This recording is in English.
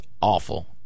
awful